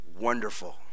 wonderful